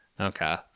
Okay